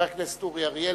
חבר הכנסת אורי אריאל.